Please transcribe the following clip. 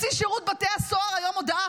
שירות בתי הסוהר מוציא היום הודעה,